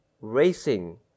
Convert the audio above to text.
Racing